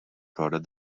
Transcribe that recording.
prodded